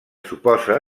suposa